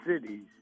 cities